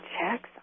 checks